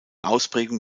ausprägung